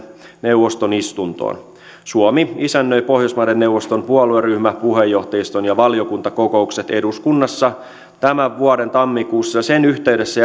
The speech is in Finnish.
neuvoston istuntoon suomi isännöi pohjoismaiden neuvoston puolueryhmä puheenjohtajiston ja valiokuntakokoukset eduskunnassa tämän vuoden tammikuussa ja sen yhteydessä